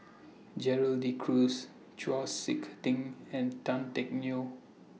Gerald De Cruz Chau Sik Ting and Tan Teck Neo